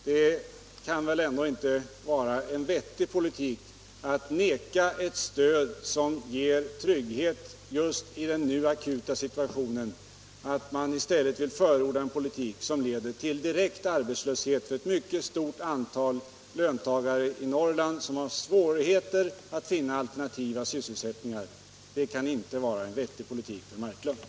Det kan väl ändå inte vara vettigt att vägra ett stöd som ger trygghet i den just nu akuta situationen och i stället förorda en politik som leder till direkt arbetslöshet för ett mycket stort antal löntagare i Norrland, som har svårigheter att finna alternativa sysselsättningar. Det kan inte vara en vettig politik, fru Marklund.